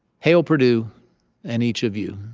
hail purdue and each of you.